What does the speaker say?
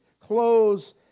clothes